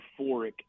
euphoric